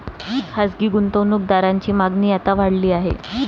खासगी गुंतवणूक दारांची मागणी आता वाढली आहे